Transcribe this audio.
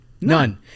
None